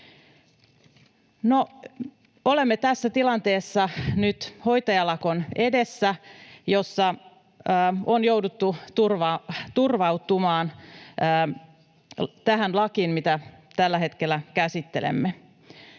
Olemme tässä tilanteessa nyt hoitajalakon edessä, jossa on jouduttu turvautumaan tähän lakiin, mitä tällä hetkellä käsittelemme.